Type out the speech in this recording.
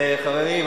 חברים,